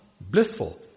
blissful